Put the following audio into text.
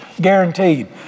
guaranteed